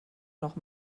noch